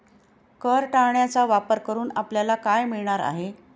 कर टाळण्याचा वापर करून आपल्याला काय मिळणार आहे?